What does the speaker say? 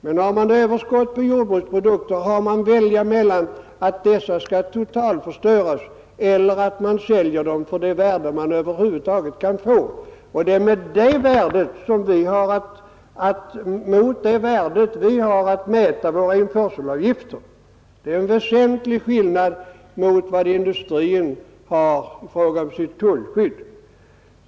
Men har man överskott på jordbruksprodukter, har man att välja mellan att dessa skall totalförstöras eller att man säljer dem för det värde man Över huvud taget kan få. Och det är mot det värdet vi har att mäta våra införselavgifter. Det är en väsentlig skillnad mot vad industrien har i fråga om sitt tullskydd.